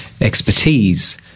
expertise